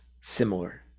similar